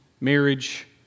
marriage